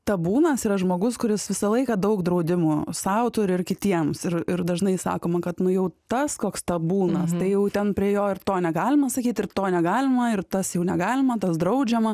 tabūnas yra žmogus kuris visą laiką daug draudimų sau turi ir kitiems ir ir dažnai sakoma kad nu jau tas koks tabūnas tai jau ten prie jo ir to negalima sakyt ir to negalima ir tas jau negalima tas draudžiama